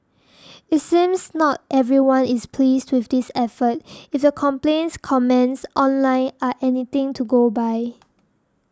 it seems not everyone is pleased with this effort if the complaints comments online are anything to go by